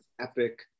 epic